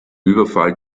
überfall